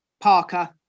Parker